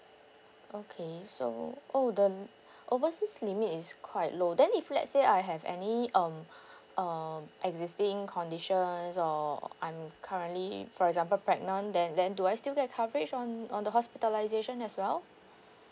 okay so oh the overseas limit is quite low then if let's say I have any um um existing conditions or I'm currently for example pregnant then then do I still get coverage on on the hospitalisation as well